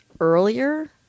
earlier